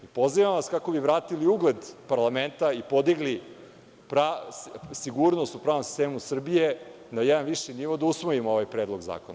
Pozivam vas kako bi vratili ugled parlamenta i podigli sigurnost u pravnom sistemu Srbije na jedan viši nivo da usvojimo ovaj Predlog zakona.